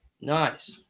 Nice